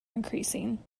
increasing